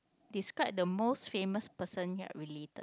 describe the most famous person related